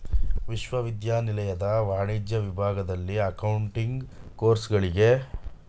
ವಿಶ್ವವಿದ್ಯಾನಿಲಯದ ವಾಣಿಜ್ಯ ವಿಭಾಗದಲ್ಲಿ ಅಕೌಂಟಿಂಗ್ ಕೋರ್ಸುಗಳಿಗೆ